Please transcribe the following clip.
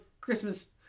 Christmas